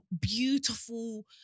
beautiful